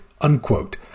unquote